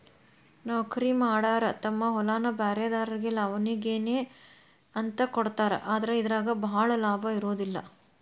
ನೌಕರಿಮಾಡಾರ ತಮ್ಮ ಹೊಲಾನ ಬ್ರ್ಯಾರೆದಾರಿಗೆ ಲಾವಣಿ ಗೇಣಿಗೆ ಅಂತ ಕೊಡ್ತಾರ ಆದ್ರ ಇದರಾಗ ಭಾಳ ಲಾಭಾ ಇರುದಿಲ್ಲಾ